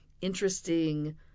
interesting